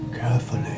Carefully